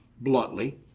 bluntly